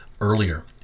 earlier